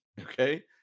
okay